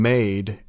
Made